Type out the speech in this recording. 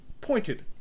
pointed